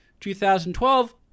2012